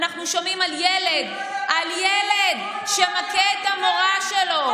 אנחנו שומעים על ילד שמכה את המורה שלו,